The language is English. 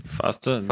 faster